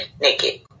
naked